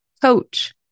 coach